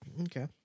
Okay